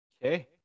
Okay